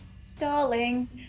Stalling